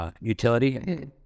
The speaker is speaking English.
utility